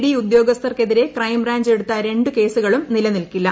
D ഉദ്യോഗസ്ഥർക്കെതിരെ crime branch എടുത്ത രണ്ട് കേസുകളും നിലനിൽക്കില്ല